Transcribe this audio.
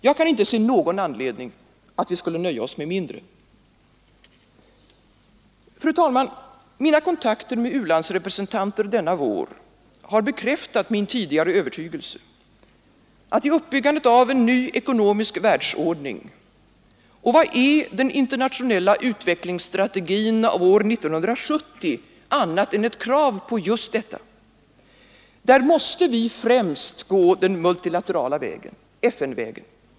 Jag kan inte se någon anledning att vi skulle nöja oss med mindre. Fru talman! Mina kontakter med u-landsrepresentanter denna vår har bekräftat min tidigare övertygelse, att i uppbyggandet av en ny ekonomisk världsordning — och vad är den internationella utvecklingsstrategin av år 1970 annat än ett krav på just detta? — måste vi främst gå den multilaterala vägen, FN-vägen.